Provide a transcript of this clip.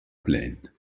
plaine